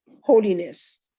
holiness